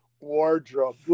Wardrobe